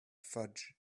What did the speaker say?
fudge